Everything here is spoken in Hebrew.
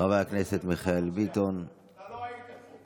אתה לא היית כאן,